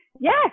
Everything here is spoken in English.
yes